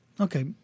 Okay